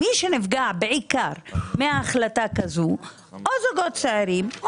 מי שנפגע מהחלטה כזו הם בעיקר זוגות צעירים,